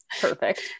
Perfect